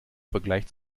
vergleich